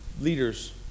leaders